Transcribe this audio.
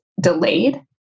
delayed